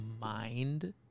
mind